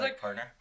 partner